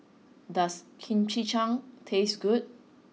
does Chimichangas taste good